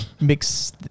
mix